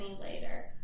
later